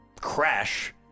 Crash